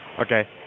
Okay